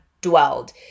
dwelled